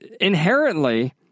inherently